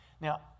Now